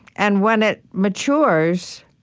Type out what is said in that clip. and when it matures,